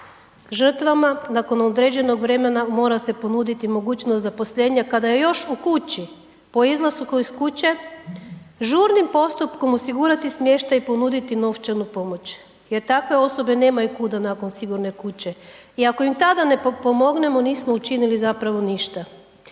Žrtvama nakon određenog vremena mora se ponuditi mogućnost zaposlenja kada je još u kući, po izlasku iz kuće žurnim postupkom osigurati smještaj i ponuditi novčanu pomoć jer takve osobe nemaju kuda nakon sigurne kuće i ako im tada ne pomognemo, nismo učinili zapravo ništa